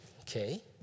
okay